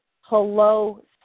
Hello